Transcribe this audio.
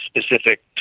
specific